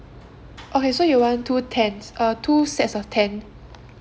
okay so you want two tens uh two sets of ten